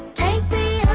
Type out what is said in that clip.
take me